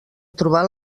trobar